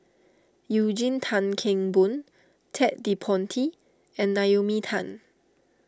Eugene Tan Kheng Boon Ted De Ponti and Naomi Tan